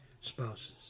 spouses